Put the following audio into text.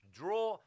draw